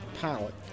Palette